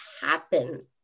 happen